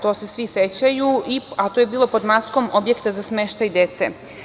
Toga se svi sećaju, a to je bilo pod maskom objekta za smeštaj dece.